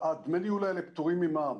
דמי הניהול האלה פטורים ממע"מ.